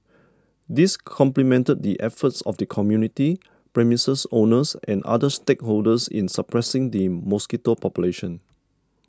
this complemented the efforts of the community premises owners and other stakeholders in suppressing the mosquito population